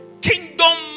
Kingdom